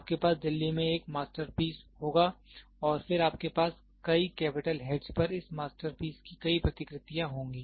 आपके पास दिल्ली में एक मास्टरपीस होगा और फिर आपके पास कई कैपिटल हेड्स पर इस मास्टरपीस की कई प्रतिकृतियां होंगी